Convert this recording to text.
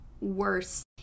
Worse